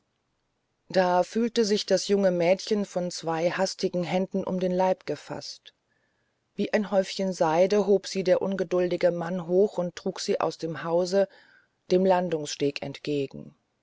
dann fühlte sich das junge mädchen von zwei hastigen händen um den leib gefaßt wie ein häufchen seide hob sie der ungeduldige mann hoch und trug sie aus dem hause den landungssteg entlang